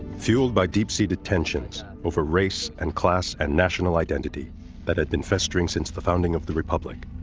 fueled by deep-seated tensions over race and class and national identity that had been festering since the founding of the republic,